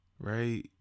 right